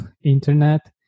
internet